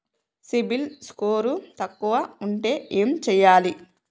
CIBIL score తక్కువ ఉంటే ఏం చేయాలి?